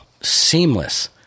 Seamless